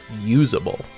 usable